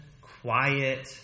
quiet